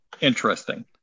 interesting